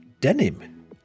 denim